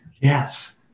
Yes